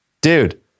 Dude